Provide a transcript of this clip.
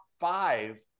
five